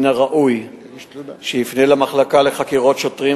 מן הראוי שיפנה אל המחלקה לחקירות שוטרים